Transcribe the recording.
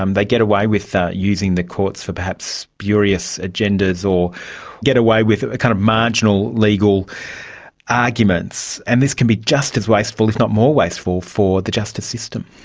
um they get away with using the courts for perhaps spurious agendas, or get away with kind of marginal legal arguments. and this can be just as wasteful if not more wasteful for the justice system.